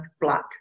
black